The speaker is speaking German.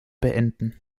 beenden